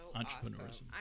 entrepreneurism